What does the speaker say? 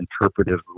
interpretive